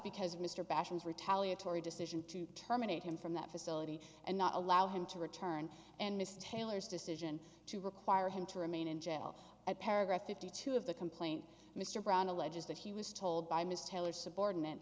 because of mr bashings retaliatory decision to terminate him from that facility and not allow him to return and mr taylor's decision to require him to remain in jail at paragraph fifty two of the complaint mr brown alleges that he was told by ms taylor subordinate